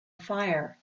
fire